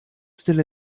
still